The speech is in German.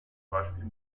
beispiel